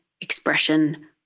expression